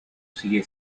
sigue